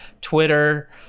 Twitter